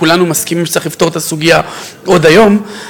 כולנו מסכימים שצריך לפתור את הסוגיה עוד היום,